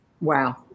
Wow